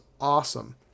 awesome